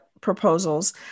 proposals